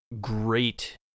great